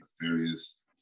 various